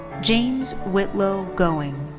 james whitlow going.